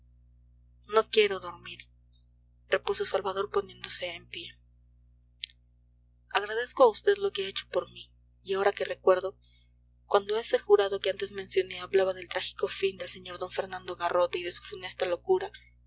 no quiero dormir repuso salvador poniéndose en pie agradezco a vd lo que ha hecho por mí y ahora que recuerdo cuando ese jurado que antes mencioné hablaba del trágico fin del sr d fernando garrote y de su funesta locura